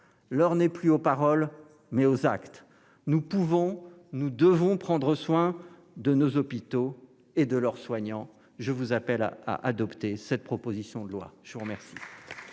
est non plus aux paroles, mais aux actes. Nous pouvons, nous devons prendre soin de nos hôpitaux et de leurs soignants. Je vous appelle à voter cette proposition de loi. La parole